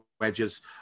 wedges